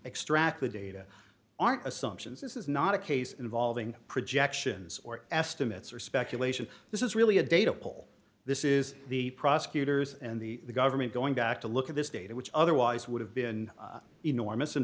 extract the data aren't assumptions this is not a case involving projections or estimates or speculation this is really a data pool this is the prosecutors and the government going back to look at this data which otherwise would have been enormous